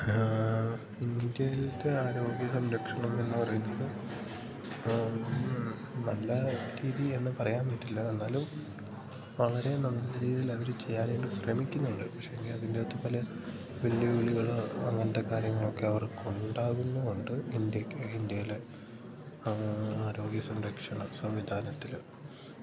ഇന്ത്യയിൽത്തെ ആരോഗ്യ സംരക്ഷണം എന്ന് പറയുന്നത് നല്ല രീതി എന്ന് പറയാൻ പറ്റില്ല എന്നാലും വളരെ നല്ല രീതിയിൽ അവര് ചെയ്യാനായിട്ട് ശ്രമിക്കുന്നുണ്ട് പക്ഷേ അതിൻ്റെകത്ത് പല വെല്ലുവിളികള് അങ്ങനത്തെ കാര്യങ്ങളൊക്കെ അവർക്ക് ഉണ്ടാകുന്നും ഉണ്ടത് കൊണ്ട് ഇന്ത്യക്ക് ഇന്ത്യയിലെ ആരോഗ്യ സംരക്ഷണ സംവിധാനത്തില്